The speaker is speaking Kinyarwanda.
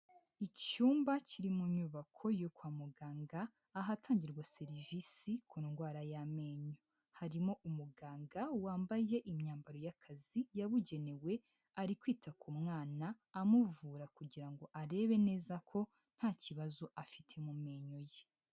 Icyumba kiri mu nyubako yo kwa muganga ahatangirwa serivisi ku ndwara y'amenyo, harimo umuganga wambaye imyambaro y'akazi yabugenewe ari kwita ku mwana amuvura kugira ngo arebe neza ko nta kibazo afite mu menyo ye.